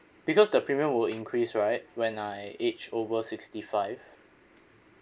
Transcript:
because the premium will increase right when I age over sixty five